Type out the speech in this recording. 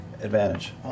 Advantage